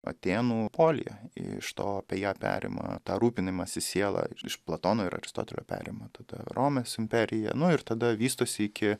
atėnų polyje iš to apie ją perima tą rūpinimąsi siela iš platono ir aristotelio perima tada romės imperija nu ir tada vystosi iki